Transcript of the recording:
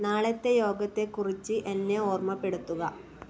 നാളത്തെ യോഗത്തേകുറിച്ചു എന്നെ ഓർമ്മപ്പെടുത്തുക